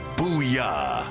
Booyah